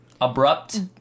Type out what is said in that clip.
abrupt